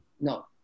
no